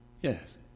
Yes